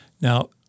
Now